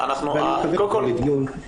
ואני שמח על הדיון.